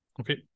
okay